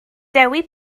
dewi